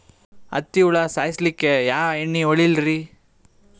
ಹತ್ತಿ ಹುಳ ಸಾಯ್ಸಲ್ಲಿಕ್ಕಿ ಯಾ ಎಣ್ಣಿ ಹೊಡಿಲಿರಿ?